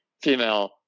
female